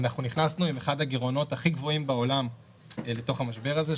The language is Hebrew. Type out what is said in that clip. אנחנו נכנסנו עם אחד הגירעונות הכי גבוהים בעולם לתוך המשבר הזה,